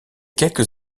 quelques